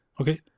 okay